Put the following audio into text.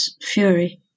fury